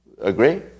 Agree